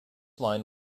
line